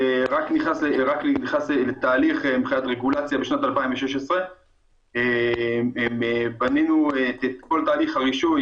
שרק נכנס לתהליך מבחינת רגולציה בשנת 2016. בנינו את כל תהליך הרישוי